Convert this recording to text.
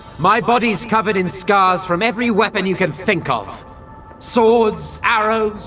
my body's covered in scars from every weapon you can think of swords, arrows,